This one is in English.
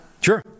Sure